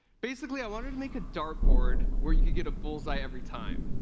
basically, i wanted to make a dartboard where you could get a bullseye every time.